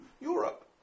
Europe